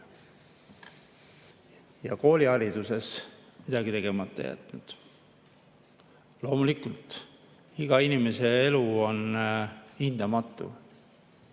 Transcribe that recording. ja koolihariduses midagi tegemata jätnud. Loomulikult, iga inimese elu on hindamatu